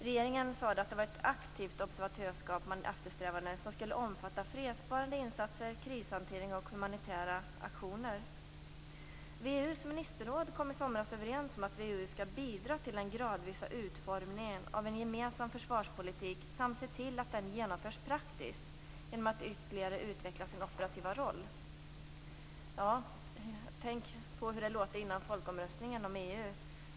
Regeringen sade att det var ett "aktivt observatörskap" man eftersträvade, som skulle omfatta "fredsbevarande insatser, krishantering och humanitära aktioner". VEU:s ministerråd kom i somras överens om att VEU skall "bidra till den gradvisa utformningen av en gemensam försvarspolitik samt se till att den genomförs praktiskt genom att ytterligare utveckla sin operativa roll". Tänk på hur det lät före folkomröstningen om EU!